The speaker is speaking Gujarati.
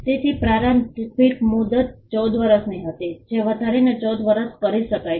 તેથી પ્રારંભિક મુદત 14 વર્ષ હતી જે વધારીને 14 વર્ષ કરી શકાય છે